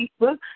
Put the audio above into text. Facebook